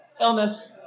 Illness